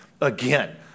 again